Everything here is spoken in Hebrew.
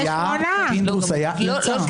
פינדרוס היה ויצא.